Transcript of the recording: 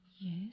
Yes